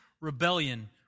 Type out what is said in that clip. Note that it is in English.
rebellion